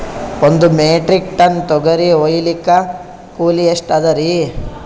ಒಂದ್ metric ton ತೊಗರಿ ಹೋಯಿಲಿಕ್ಕ ಕೂಲಿ ಎಷ್ಟ ಅದರೀ?